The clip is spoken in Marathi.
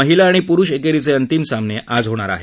महिला आणि पुरुष एक्सीच उंतिम सामन आज होणार आहेत